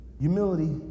Humility